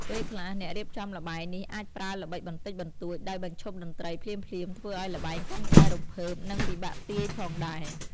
ពេលខ្លះ អ្នករៀបចំល្បែងនេះអាចប្រើល្បិចបន្តិចបន្តួច ដោយបញ្ឈប់តន្ត្រីភ្លាមៗធ្វើឱ្យល្បែងកាន់តែរំភើប និងពិបាកទាយផងដែរ។